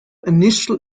initial